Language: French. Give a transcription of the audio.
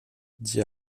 dit